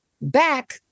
Back